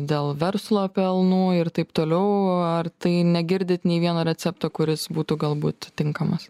dėl verslo pelnų ir taip toliau ar tai negirdit nei vieno recepto kuris būtų galbūt tinkamas